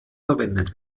verwendet